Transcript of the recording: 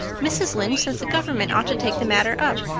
mrs. lynde says the government ought to take the matter up,